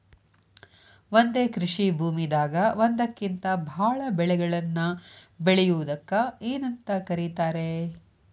ಒಂದೇ ಕೃಷಿ ಭೂಮಿದಾಗ ಒಂದಕ್ಕಿಂತ ಭಾಳ ಬೆಳೆಗಳನ್ನ ಬೆಳೆಯುವುದಕ್ಕ ಏನಂತ ಕರಿತಾರೇ?